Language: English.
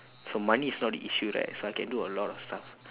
so money is not the issue right so I can do a lot of stuff